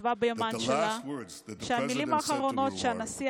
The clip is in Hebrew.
להלן תרגומם הסימולטני: למדינות שלנו יש את